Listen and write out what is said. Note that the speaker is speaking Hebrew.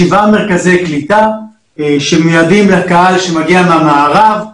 שבעה מרכזי קליטה שמיועדים לקהל שמגיע מהמערב,